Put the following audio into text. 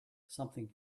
something